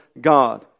God